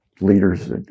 leaders